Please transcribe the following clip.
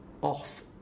off